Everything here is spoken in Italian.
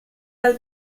dal